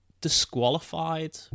disqualified